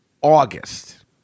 August